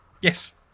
yes